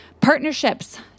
Partnerships